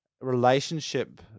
relationship